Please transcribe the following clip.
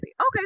Okay